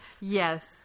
yes